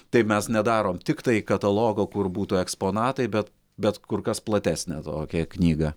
tai mes nedarom tiktai katalogo kur būtų eksponatai bet bet kur kas platesnę tokią knygą